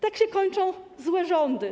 Tak się kończą złe rządy.